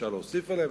אפשר להוסיף עליהם,